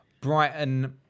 Brighton